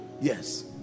Yes